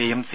എയും സി